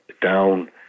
down